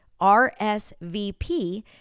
RSVP